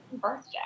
birthday